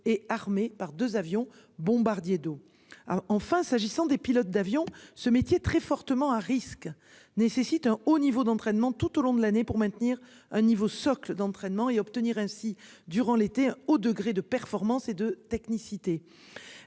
et armé par 2 avions bombardiers d'eau. Enfin s'agissant des pilotes d'avion ce métier très fortement à risques nécessite un haut niveau d'entraînement tout au long de l'année pour maintenir un niveau socle d'entraînement et obtenir ainsi durant l'été, au degré de performance et de technicité.